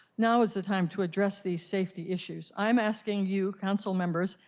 now is the time to address these safety issues. i'm asking you, council members,